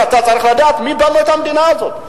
שאתה צריך לדעת מי בנה את המדינה הזאת.